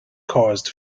caused